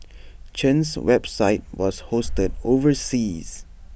Chen's website was hosted overseas